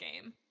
game